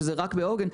שזה רק בעוגן,